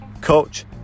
coach